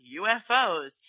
UFOs